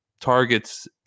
targets